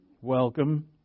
Welcome